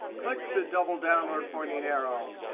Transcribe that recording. click the double downward pointing arrow.